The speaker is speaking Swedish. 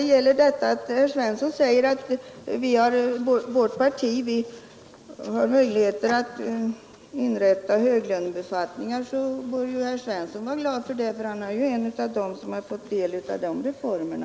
Sedan säger herr Svensson i Malmö att vårt parti har möjligheter att inrätta höglönebefattningar. Men herr Svensson bör ju vara glad över det, för han är en av dem som har fått del av de reformerna.